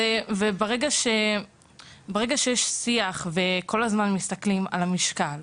אז כשיש התעסקות רבה בנושא הזה וכל הזמן מסתכלים על משקל,